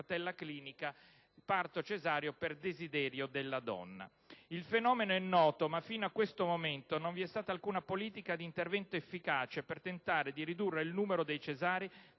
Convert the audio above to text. Il fenomeno è noto, ma fino a questo momento non vi è stata alcuna politica di intervento efficace per tentare di ridurre il numero dei cesarei,